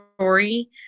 story